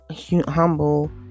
humble